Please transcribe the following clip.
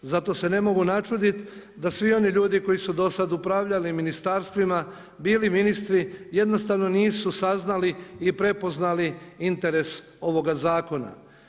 Zato se ne mogu načuditi da svi oni ljudi koji su dosad upravljali ministarstvima, bili ministri, jednostavno nisu saznali i prepoznali interes ovoga zakona.